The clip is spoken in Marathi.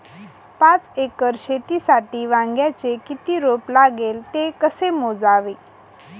पाच एकर शेतीसाठी वांग्याचे किती रोप लागेल? ते कसे मोजावे?